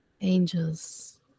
Angels